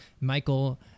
michael